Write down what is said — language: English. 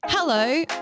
Hello